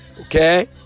okay